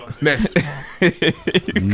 Next